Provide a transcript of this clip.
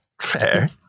Fair